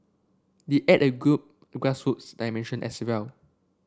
they add a grass roots dimension as well